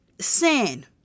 sin